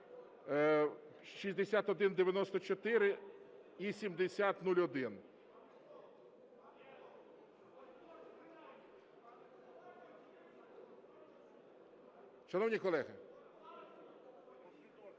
6194 і 7001. Шановні колеги,